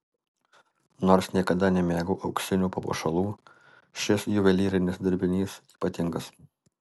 nors niekada nemėgau auksinių papuošalų šis juvelyrinis dirbinys ypatingas